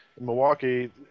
Milwaukee